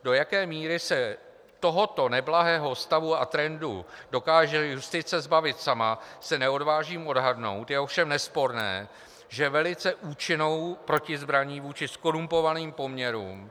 Do jaké míry se tohoto neblahého stavu a trendu dokáže justice zbavit sama, se neodvážím odhadnout, je ovšem nesporné, že velice účinnou protizbraní vůči zkorumpovaným poměrům...